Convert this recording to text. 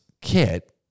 kit